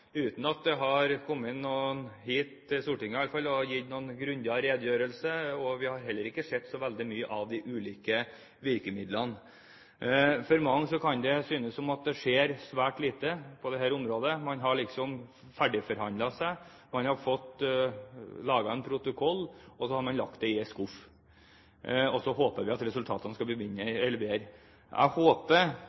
uten at det har kommet noen hit til Stortinget iallfall og gitt noen grundigere redegjørelse. Vi har heller ikke sett så veldig mye til de ulike virkemidlene. For mange kan det synes som om det skjer svært lite på dette området. Man er liksom ferdigforhandlet, man har fått laget en protokoll som man så har lagt i en skuff, og så håper man at resultatene skal bli bedre. Jeg håper